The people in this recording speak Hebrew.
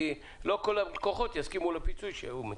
כי לא כל הלקוחות ירצו להסכים לפיצוי שהוא מציע.